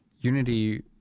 unity